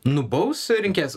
nubaus rinkėjas